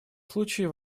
случае